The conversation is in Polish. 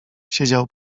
siedział